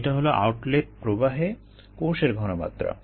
এটা হলো আউটলেট প্রবাহে কোষের ঘনমাত্রা